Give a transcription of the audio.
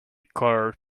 colored